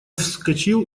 вскочил